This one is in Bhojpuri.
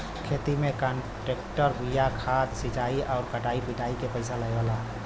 खेती में कांट्रेक्टर बिया खाद सिंचाई आउर कटाई पिटाई के पइसा देवला